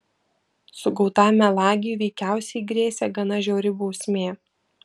sugautam melagiui veikiausiai grėsė gana žiauri bausmė